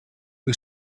who